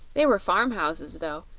they were farm-houses, though,